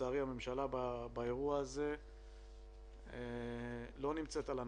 לצערי הממשלה, באירוע הזה לא נמצאת על הנתיב,